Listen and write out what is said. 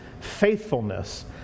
faithfulness